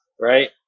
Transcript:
right